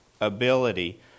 ability